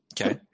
Okay